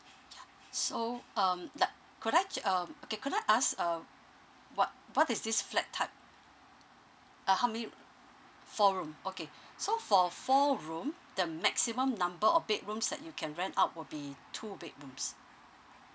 ya so um now could I um okay could I ask uh what what is this flat type uh how many four room okay so for four room the maximum number of bedrooms that you can rent out will be two bedrooms